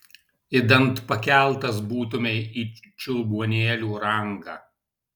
idant pakeltas būtumei į čiulbuonėlių rangą